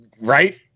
right